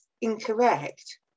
incorrect